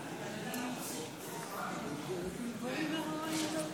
מתנגדים, ולכן ההצעה לא